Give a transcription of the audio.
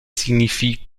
signifie